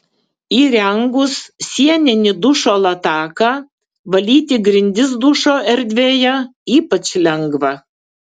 įrengus sieninį dušo lataką valyti grindis dušo erdvėje ypač lengva